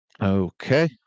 Okay